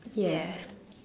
yeah